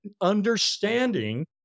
understanding